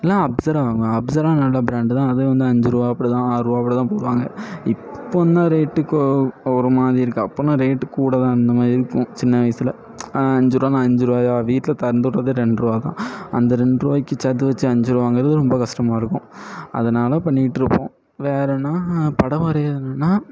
இல்லைன்னா அப்ஸரா வாங்குவேன் அப்ஸரா நல்ல ப்ராண்டு தான் அது வந்து அஞ்சு ருபா அப்படிதான் ஆறுபா அப்படிதான் போடுவானுங்க இப்போ என்ன ரேட்டுக்கோ ஒருமாதிரி இருக்கும் அப்படின்னா ரேட்டு கூடதான் இருந்தமாரி இருக்கும் சின்ன வயதுல அஞ்சுருவானா அஞ்சுருவாயா வீட்டில தந்து விட்றதே ரெண்டுருவாதான் அந்த ரெண்டு ருபாய்க்கி சேர்த்து வச்சு அஞ்சு ருபா வாங்குகிறது ரொம்ப கஸ்டமாக இருக்கும் அதனால பண்ணிகிட்ருப்போம் வேறன்னா படம் வரைகிறதுன்னா